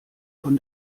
von